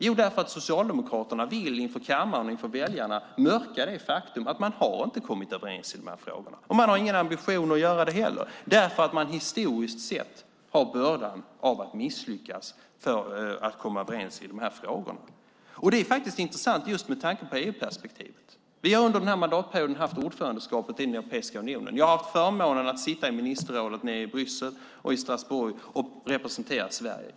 Jo, därför att Socialdemokraterna vill inför kammaren och väljarna mörka det faktum att man inte har kommit överens i frågorna. Man har heller ingen ambition att göra det. Historiskt sett har man bördan av ha att misslyckats i arbetet med att komma överens i frågorna. Det här är intressant just med tanke på EU-perspektivet. Vi har under den här mandatperioden innehaft ordförandeskapet i Europeiska unionen. Jag har haft förmånen att få sitta med i ministerrådet i Bryssel och Strasbourg och representera Sverige.